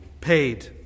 paid